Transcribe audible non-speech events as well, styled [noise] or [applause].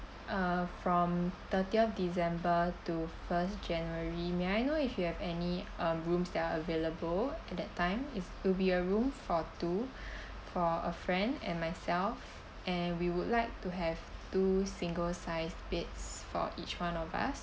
uh from thirtieth december to first january may I know if you have any um rooms that are available at that time is it'll be a room for two [breath] for a friend and myself and we would like to have two single sized beds for each one of us